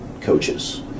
coaches